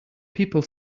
people